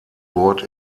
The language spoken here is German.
wort